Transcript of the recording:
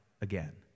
again